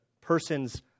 person's